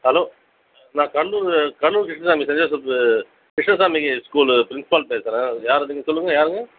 hello நான் Cuddalore Cuddalore Krishnasamy saint Joseph Krishnasamy school principal பேசுகிறேன் யார் நீங்கள் சொல்லுங்கள் யாருங்க